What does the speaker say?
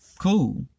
Cool